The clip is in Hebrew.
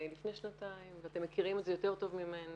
לפני שנתיים ואתם מכירים את זה יותר טוב ממני,